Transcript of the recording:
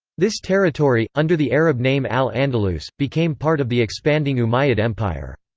this territory, under the arab name al-andalus, became part of the expanding umayyad empire.